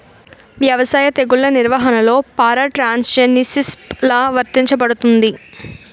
వ్యవసాయ తెగుళ్ల నిర్వహణలో పారాట్రాన్స్జెనిసిస్ఎ లా వర్తించబడుతుంది?